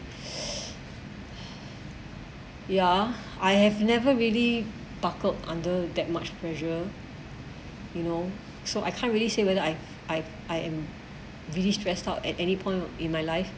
ya I have never really buckled under that much pressure you know so I can't really say whether I I I am really stressed out at any point in my life